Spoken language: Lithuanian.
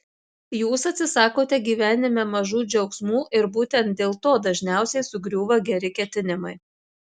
jūs atsisakote gyvenime mažų džiaugsmų ir būtent dėl to dažniausiai sugriūva geri ketinimai